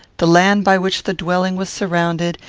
the land by which the dwelling was surrounded,